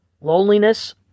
loneliness